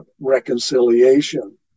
reconciliation